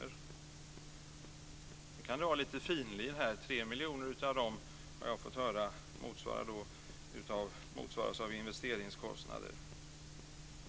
Vi kan ha lite finlir här - jag har fått höra att 3 miljoner kronor av dessa motsvaras av investeringskostnader.